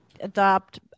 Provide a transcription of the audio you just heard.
adopt